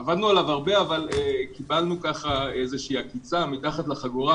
עבדנו עליו הרבה אבל קיבלנו איזושהי עקיצה מתחת לחגורה